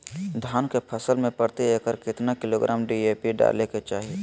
धान के फसल में प्रति एकड़ कितना किलोग्राम डी.ए.पी डाले के चाहिए?